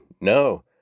No